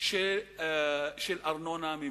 של ארנונה ממשלתית.